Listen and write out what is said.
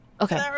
Okay